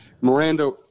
Miranda